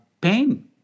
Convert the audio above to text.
pain